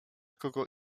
kogo